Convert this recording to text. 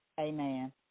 amen